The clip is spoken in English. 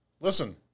listen